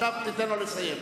עכשיו תיתן לו לסיים.